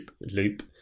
Loop